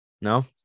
No